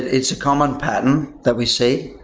it's a common pattern that we see.